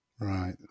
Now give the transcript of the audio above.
right